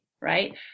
right